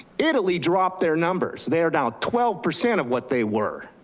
italy dropped their numbers. they are now twelve percent of what they were.